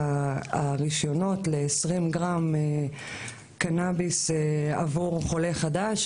הרישיונות ל-20 גרם קנאביס עבור חולה חדש,